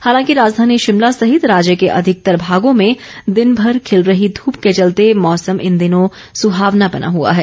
हालांकि राजधानी शिमला सहित राज्य के अधिकतर भागों में दिनभर खिल रही धूप के चलते मौसम इन दिनों सुहावना बना हुआ है